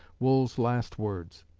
wool's last words.